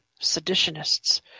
seditionists